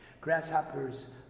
Grasshoppers